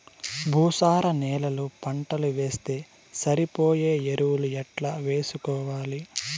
భూసార నేలలో పంటలు వేస్తే సరిపోయే ఎరువులు ఎట్లా వేసుకోవాలి?